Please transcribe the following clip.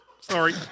Sorry